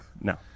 no